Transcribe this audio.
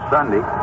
Sunday